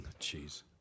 Jeez